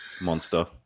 monster